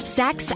sex